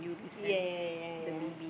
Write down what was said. ya ya ya ya ya